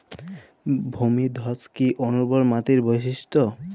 ভূমিধস কি অনুর্বর মাটির বৈশিষ্ট্য?